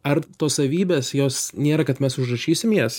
ar tos savybės jos nėra kad mes užrašysim jas